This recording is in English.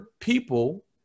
people